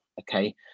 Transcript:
Okay